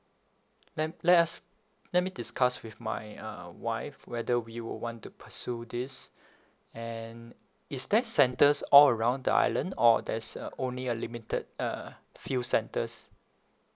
let let us let me discuss with my uh wife whether we will want to pursue this and is that centres all around the island or there's uh only a limited uh few centres